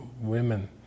women